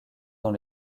dans